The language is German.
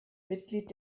mitglied